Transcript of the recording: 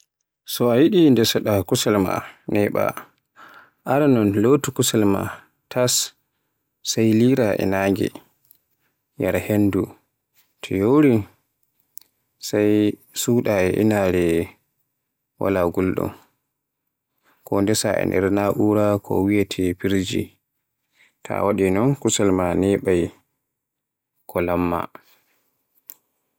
So a yiɗi ndesoda kusel ma neeɓa, aranon lotu kusel tas, set lira e nange yara hendu ta yori sai suɗa e inaare wala guldum, ko ndesa e nder na'ura ko wiyeete Firji. Ta waɗi non kusel ma neɓaay ko lamma.